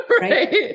Right